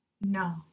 No